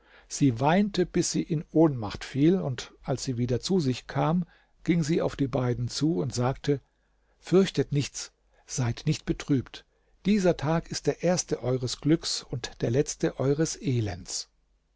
sie weinte bis sie in ohnmacht fiel und als sie wieder zu sich kam ging sie auf die beiden zu und sagte fürchtet nichts seid nicht betrübt dieser tag ist der erste eures glücks und der letzte eures elends